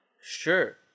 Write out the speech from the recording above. Sure